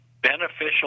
beneficial